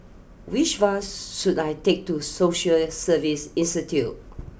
which bus should I take to Social Service Institute